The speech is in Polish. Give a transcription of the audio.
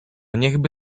niechby